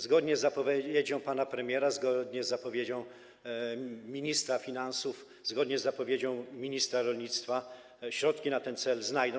Zgodnie z zapowiedzią pana premiera, zgodnie z zapowiedzią ministra finansów, zgodnie z zapowiedzią ministra rolnictwa środki na ten cel się znajdą.